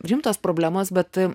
rimtos problemos bet